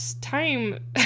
time